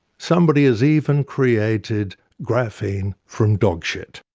somebody has even created graphene from dog shit.